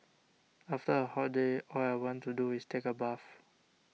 after a hot day all I want to do is take a bath